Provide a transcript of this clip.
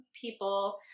people